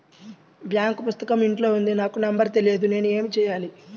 Bank పుస్తకం ఇంట్లో ఉంది నాకు నంబర్ తెలియదు నేను ఏమి చెయ్యాలి?